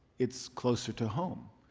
it's closer to home.